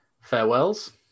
Farewells